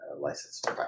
licensed